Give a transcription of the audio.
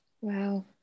Wow